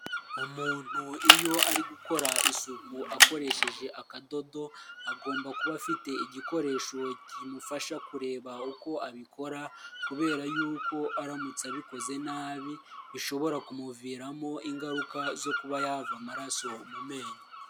Umuntu iyo ari gukora isuku akoresheje akadodo agomba kuba afite igikoresho kimufasha kureba uko abikora, kubera yuko aramutse abikoze nabi bishobora kumuviramo ingaruka zo kuba yava amaraso mu menyo.